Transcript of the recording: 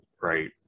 right